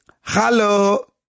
hello